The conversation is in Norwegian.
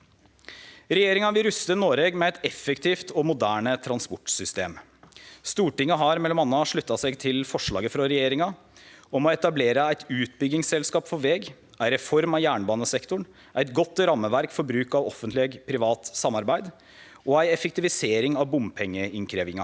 Regjeringa vil ruste Noreg med eit effektivt og moderne transportsystem. Stortinget har m.a. slutta seg til forslaget frå regjeringa om å etablere eit utbyggingsselskap for veg, ei reform av jernbanesektoren, eit godt rammeverk for bruk av offentleg–privat samarbeid, OPS, og ei effektivisering av bompengeinnkrevjinga.